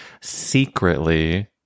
secretly